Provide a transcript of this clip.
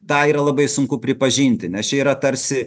tą yra labai sunku pripažinti nes čia yra tarsi